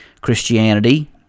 Christianity